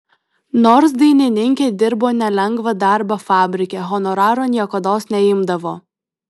nors dainininkė dirbo nelengvą darbą fabrike honoraro niekados neimdavo